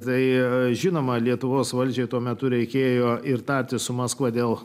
tai žinoma lietuvos valdžią tuo metu reikėjo ir tartis su maskva dėl